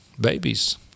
babies